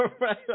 right